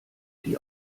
die